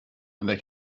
they